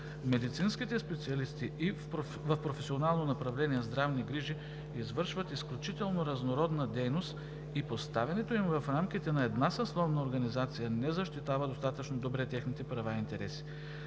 Медицинските специалисти в професионално направление „Здравни грижи“ извършват изключително разнородна дейност и поставянето им в рамките на една съсловна организация не защитава достатъчно добре техните права и интереси.